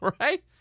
Right